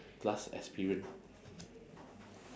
class experience